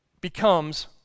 becomes